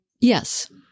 Yes